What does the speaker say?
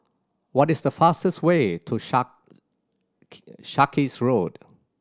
what is the fastest way to Sarkies Road